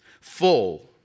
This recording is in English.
full